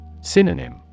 Synonym